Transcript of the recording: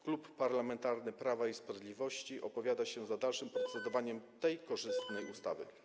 Klub Parlamentarny Prawo i Sprawiedliwość opowiada się za dalszym procedowaniem nad tą korzystną ustawą.